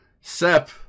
Sep